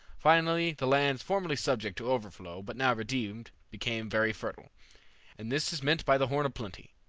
finally, the lands formerly subject to overflow, but now redeemed, became very fertile and this is meant by the horn of plenty.